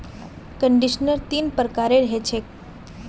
conditioner तीन प्रकारेर ह छेक